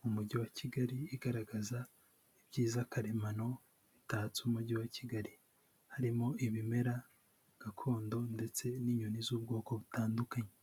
mu mujyi wa Kigali igaragaza ibyiza karemano bitatse umujyi wa Kigali, harimo ibimera gakondo ndetse n'inyoni z'ubwoko butandukanye.